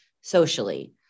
socially